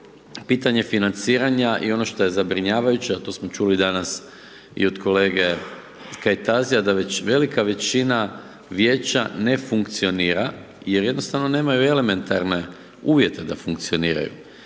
pitanje financiranja i ono što je zabrinjavajuće, a to smo čuli danas i od kolege Kajtazija, da već velika većina vijeća ne funkcionira, jer jednostavno nemaju elementarne uvijete da funkcioniraju.